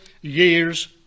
years